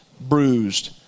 bruised